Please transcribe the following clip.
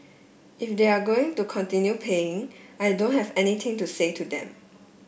if they're going to continue paying I don't have anything to say to them